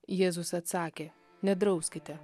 jėzus atsakė nedrauskite